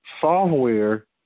software